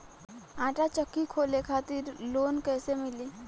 आटा चक्की खोले खातिर लोन कैसे मिली?